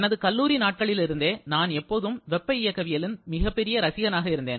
எனது கல்லூரி நாட்களிலிருந்தே நான் எப்போதும் வெப்ப இயக்கவியலின் பெரிய ரசிகனாக இருந்தேன்